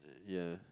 ya